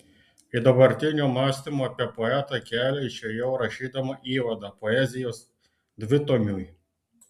į dabartinio mąstymo apie poetą kelią išėjau rašydama įvadą poezijos dvitomiui